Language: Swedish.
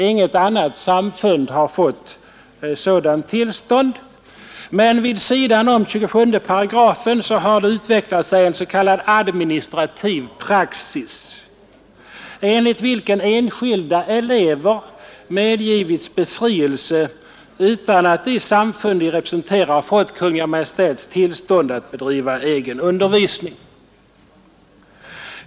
Inget annat samfund har fått sådant tillstånd, men vid sidan om 27 § har utvecklat sig en s.k. administrativ praxis, enligt vilken enskilda elever medgivits befrielse utan att de samfund de representerar fått Kungl. Maj:ts tillstånd att bedriva egen undervisning.